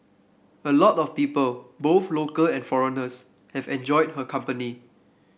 a lot of people both local and foreigners have enjoyed her company